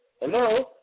Hello